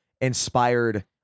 inspired